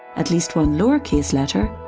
at least one lowercase letter,